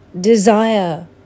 desire